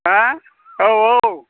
हा औ औ